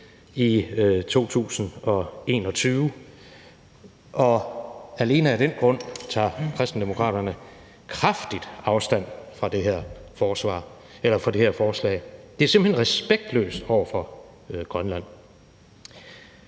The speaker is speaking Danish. i 2021, og alene af den grund tager Kristendemokraterne kraftigt afstand fra det her forslag. Det er simpelt hen respektløst over for Grønland.